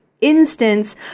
instance